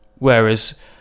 Whereas